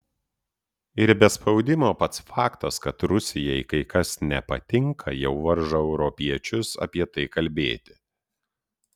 ir be spaudimo pats faktas kad rusijai kai kas nepatinka jau varžo europiečius apie tai kalbėti